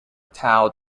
tau